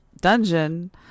dungeon